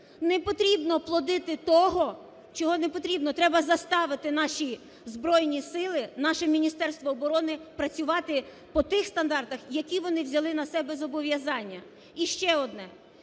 Не потрібно плодити того, чого не потрібно. Треба заставити наші Збройні Сили, наше Міністерство оборони працювати по тих стандартах, які вони взяли на себе зобов'язання. І ще одне.